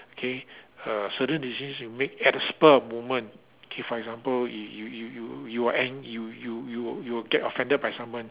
okay uh certain decisions you make at the spur of the moment okay for example if you you you you are an~ you you you get offended by someone